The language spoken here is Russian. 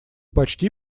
почти